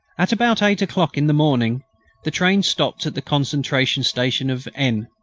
at about eight o'clock in the morning the train stopped at the concentration station of n.